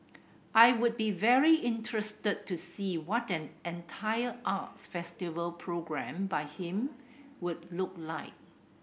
I would be very interested to see what an entire arts festival programmed by him would look like